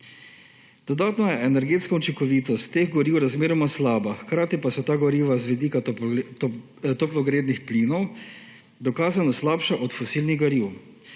Dodatno je energetska učinkovitost teh goriv razmeroma slaba, hkrati pa so ta goriva z vidika toplogrednih plinov dokazano slabša od fosilnih goriv.